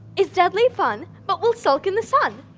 it's deadly fun but will sulk in the sun.